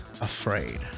afraid